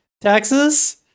Taxes